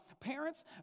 Parents